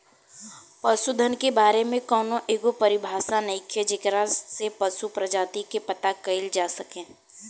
पशुधन के बारे में कौनो एगो परिभाषा नइखे जेकरा से पशु प्रजाति के पता कईल जा सके